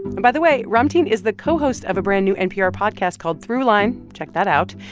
and by the way, ramtin is the co-host of a brand new npr podcast called throughline. check that out.